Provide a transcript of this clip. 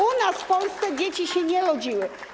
U nas, w Polsce dzieci się nie rodziły.